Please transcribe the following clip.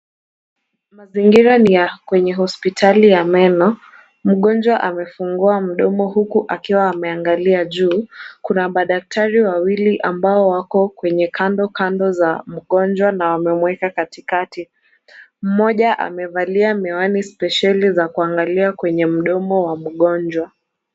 Mazingira ni ya kwenye hospitali ya meno. Mgonjwa amefungua mdomo huku akiwa ameangalia juu. Kuna madaktari wawili ambao wako kwenye kando kando za mgonjwa na wamemweka katikati, mmoja amevalia miwani spesheli za kuangalia kwenye mdomo wa mgonjwa.